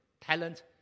talent